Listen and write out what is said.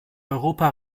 europa